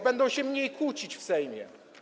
Będą się mniej kłócić w Sejmie.